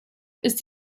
ist